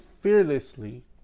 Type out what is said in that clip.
fearlessly